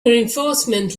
reinforcement